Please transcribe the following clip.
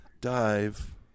dive